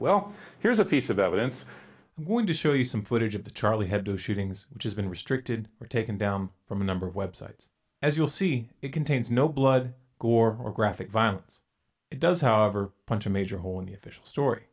well here's a piece of evidence going to show you some footage of the charlie had two shootings which has been restricted or taken down from a number of websites as you'll see it contains no blood gore or graphic violence it does however point to major hole in the official story